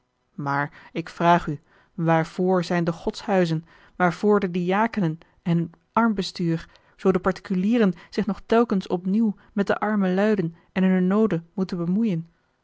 maar ik vraag u waarvoor zijn de godshuizen waarvoor de diakenen en hun armbestuur zoo de particulieren zich nog telkens opnieuw met de arme luiden en hunne nooden moeten bemoeien